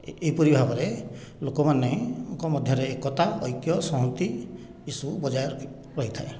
ଏହିପରି ଭାବରେ ଲୋକମାନଙ୍କ ମଧ୍ୟରେ ଏକତା ଐକ୍ୟ ସଂହତି ଏହିସବୁ ବଜାୟ ରହିଥାଏ